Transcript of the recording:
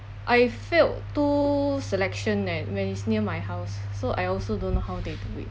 I failed two selection eh when is near my house so I also don't know how they do it